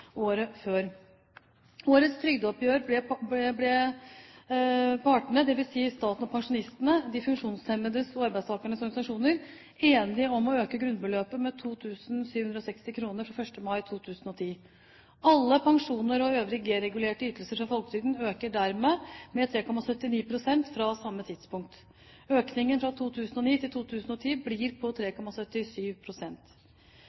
året før. I årets trygdeoppgjør ble partene, dvs. staten og pensjonistenes, de funksjonshemmedes og arbeidstakernes organisasjoner, enige om å øke grunnbeløpet med 2 760 kr fra 1. mai 2010. Alle pensjoner og øvrige G-regulerte ytelser fra folketrygden øker dermed med 3,79 pst. fra samme tidspunkt. Økningen fra 2009 til 2010 blir på